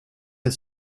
het